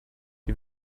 die